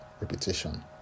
repetition